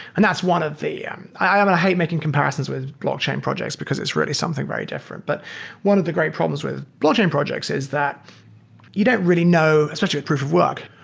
and that's one of the i hate making comparisons with blockchain projects because it's really something very different. but one of the great problems with blockchain projects is that you don't really know, especially with proof of work,